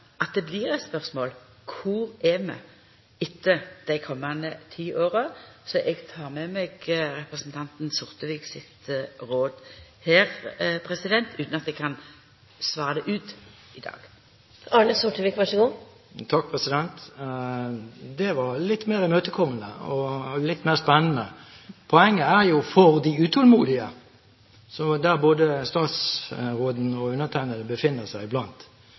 at det blir eit spørsmål om kvar vi er etter dei komande ti åra – så eg tek med meg representanten Sortevik sitt råd – utan at eg kan svara på det i dag. Det var litt mer imøtekommende og litt mer spennende. Poenget for de utålmodige – som både statsråden og undertegnede befinner seg blant